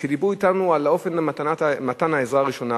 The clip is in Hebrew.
כשדיברו אתנו על אופן מתן העזרה הראשונה